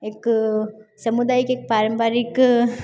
एक समुदाय के पारम्परिक